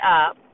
up